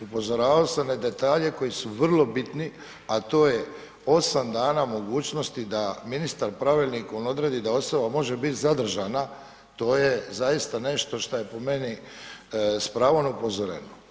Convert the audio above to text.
Upozoravao sam na detalje koji su vrlo bitni, a to je 8 dana mogućnosti, da ministar pravilnikom odredi, da osoba može biti zadržana, to je zaista nešto što je po meni, s pravom upozoreno.